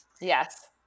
Yes